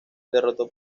derrotó